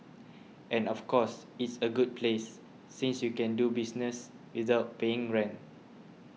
and of course it's a good place since you can do business without paying rent